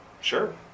sure